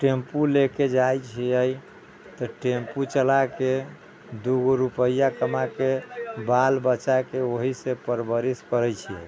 tempo ले के जाइ छियै तऽ टेम्पू चला के दू गो रुपैआ कमा के बाल बच्चा के वही से परवरिश करै छियै